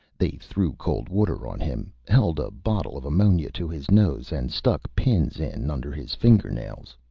they threw cold water on him, held a bottle of ammonia to his nose and stuck pins in under his finger-nails.